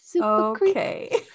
Okay